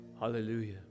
Hallelujah